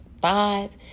five